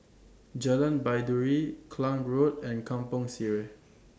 Jalan Baiduri Klang Road and Kampong Sireh